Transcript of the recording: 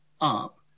up